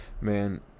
Man